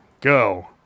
go